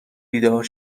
بیدار